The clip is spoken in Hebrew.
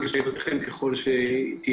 הכולל,